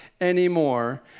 anymore